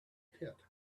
pit